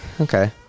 Okay